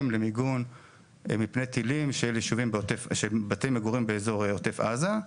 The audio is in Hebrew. למיגון מפני טילים של בתי מגורים באזור עוטף עזה.